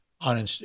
on